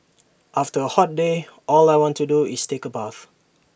after A hot day all I want to do is take A bath